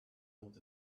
out